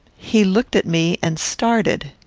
he looked at me and started.